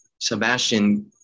Sebastian